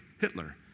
Hitler